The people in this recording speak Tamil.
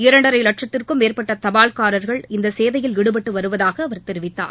இரண்டரை வட்சத்திற்கும் மேற்பட்ட தபால்காரர்கள் இந்த சேவையில் ஈடுபட்டு வருவதாக அவர் தெரிவித்தார்